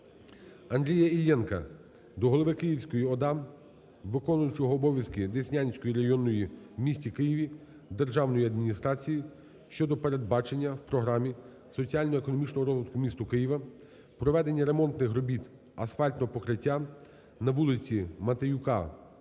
державної адміністрації, виконуючого обов'язки голови Деснянської районної в місті Києві державної адміністрації щодо передбачення у Програмі соціально-економічного розвитку міста Києва проведення ремонтних робіт асфальтного покриття на вулиці Матеюка,